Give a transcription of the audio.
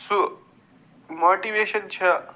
سُہ ماٹِویشن چھےٚ